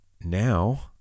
now